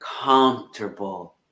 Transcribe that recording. comfortable